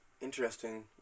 Interesting